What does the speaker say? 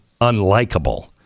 unlikable